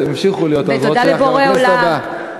ימשיכו להיות העוזרות שלך גם בכנסת הבאה.